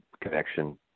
connection